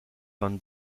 von